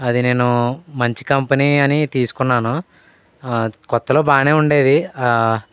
అది నేను మంచి కంపెనీ అని తీసుకున్నాను క్రొత్తలో బాగానే ఉండేది